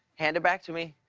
hand it back to me,